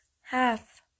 half